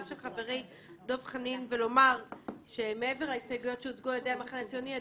של חברי דב חנין ולומר שמעבר להסתייגויות שהוצגו על ידי המחנה הציוני,